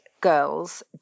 girls